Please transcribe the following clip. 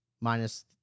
minus